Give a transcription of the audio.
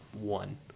one